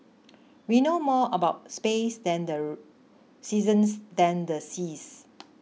we know more about space than the seasons than the seas